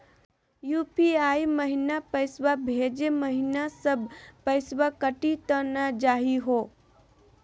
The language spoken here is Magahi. यू.पी.आई महिना पैसवा भेजै महिना सब पैसवा कटी त नै जाही हो?